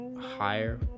higher